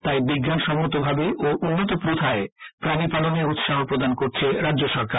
তাই বিজ্ঞানসম্মতভাবে ও উন্নত প্রথায় প্রাণী পালনে উৎসাহ প্রদান করছে রাজ্য সরকার